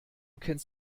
kennst